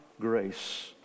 grace